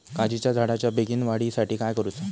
काजीच्या झाडाच्या बेगीन वाढी साठी काय करूचा?